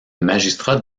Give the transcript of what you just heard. magistrat